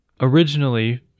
Originally